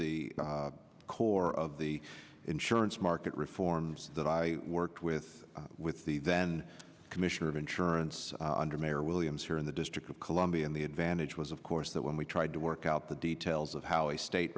the core of the insurance market reforms that i worked with with the then commissioner of insurance under mayor williams here in the district of columbia and the advantage was of course that when we tried to work out the details of how a sta